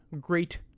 great